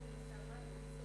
בהתייעצות עם שרי הרווחה והאוצר,